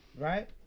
right